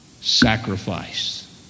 Sacrifice